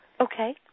Okay